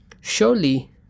Surely